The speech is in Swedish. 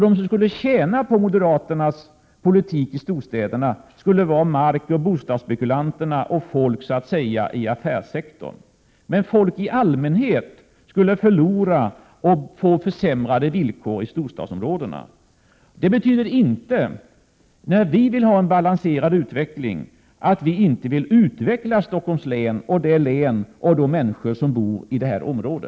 De som skulle tjäna på den moderata storstadspolitiken skulle vara markoch bostadsspekulanterna och folk i affärssektorn. Men folk i allmänhet skulle förlora och få försämrade villkor i storstadsområdena. När vi säger att vi vill ha en balanserad utveckling betyder det inte att vi inte vill utveckla Stockholms län och de människor som bor i detta område.